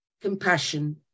compassion